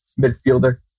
midfielder